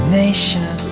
nation